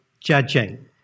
judging